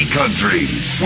countries